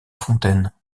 fontaine